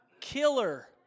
Killer